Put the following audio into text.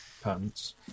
pants